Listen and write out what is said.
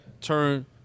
turn